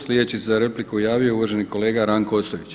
Sljedeći se za repliku javio uvaženi kolega Ranko Ostojić.